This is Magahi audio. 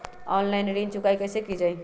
ऑनलाइन ऋण चुकाई कईसे की ञाई?